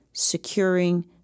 securing